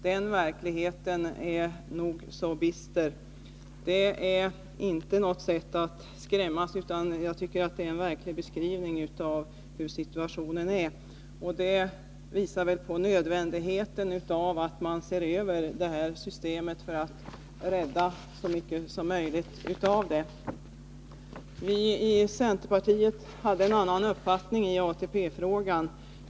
Det här är en verklighet som är nog så bister. Att jag pekar på detta är inte för att skrämma någon, utan jag tycker det är en beskrivning av hur situationen verkligen är. Det visar på nödvändigheten av att man ser över systemet för att rädda så mycket som möjligt av det. Centerpartiet hade en annan uppfattning i ATP-frågan.